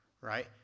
right